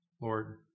Lord